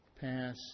pass